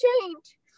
change